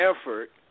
effort